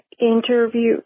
interview